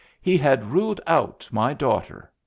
he had ruled out my daughter.